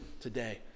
today